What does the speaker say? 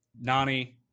Nani